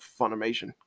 Funimation